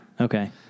Okay